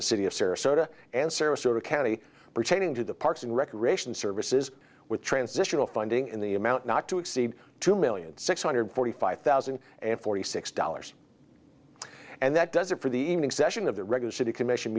the city of sarasota and sarasota county pertaining to the parks and recreation services with transitional funding in the amount not to exceed two million six hundred forty five thousand and forty six dollars and that does it for the evening session of the record city commission